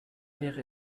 wäre